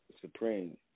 supreme